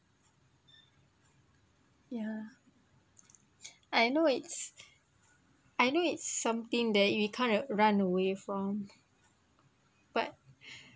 yeah I know it's I know it's something that you can't uh run away from but